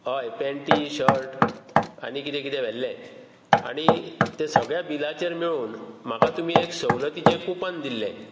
हय पेंटी शर्ट आनी कितें कितें व्हेल्ले आनी ते सगळ्या बिलाचेर मेळून म्हाका तुमी एक सवलतीचें कूपन दिल्लें